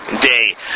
day